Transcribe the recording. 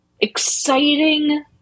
exciting